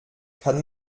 kann